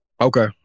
Okay